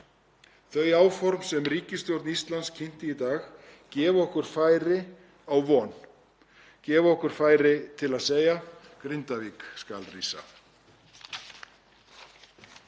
Þau áform sem ríkisstjórn Íslands kynnti í dag gefa okkur færi á von, gefa okkur færi til að segja: Grindavík skal rísa.